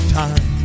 time